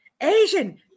Asian